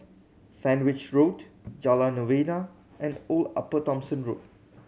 Sandwich Road Jalan Novena and Old Upper Thomson Road